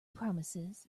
promises